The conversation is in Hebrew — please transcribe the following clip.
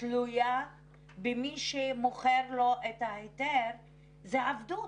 תלויה במי שמוכר לו את ההיתר זה עבדות,